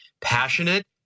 passionate